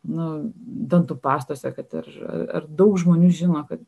nu dantų pastose kad ir ar daug žmonių žino kad